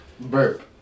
Burp